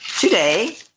today